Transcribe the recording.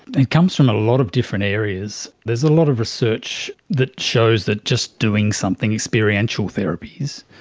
it comes from a lot of different areas. there is a lot of research that shows that just doing something, experiential therapies,